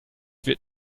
wird